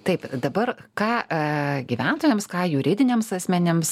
taip dabar ką gyventojams ką juridiniams asmenims